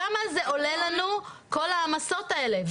כמה זה עולה לנו כל ההעמסות האלה.